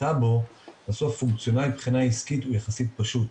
הטאבו מבחינה עסקית הוא יחסית פשוט.